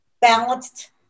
balanced